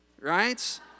Right